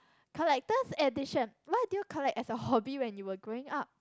collector's edition what do you collect as a hobby when you were growing up